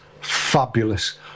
fabulous